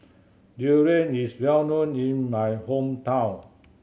durian is well known in my hometown